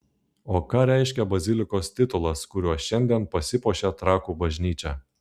o ką reiškia bazilikos titulas kuriuo šiandien pasipuošia trakų bažnyčia